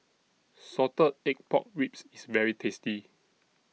Salted Egg Pork Ribs IS very tasty